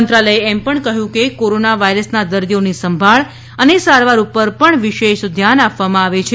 મંત્રાલયે એમ પણ કહયું છે કે કોરોના વાયરસના દર્દીઓની સંભાળ અને સારવાર ઉપર પણ વિશેષ ધ્યાન આપવામાં આવે છે